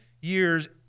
years